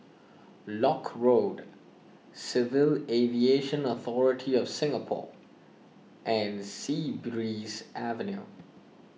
Lock Road Civil Aviation Authority of Singapore and Sea Breeze Avenue